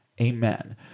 amen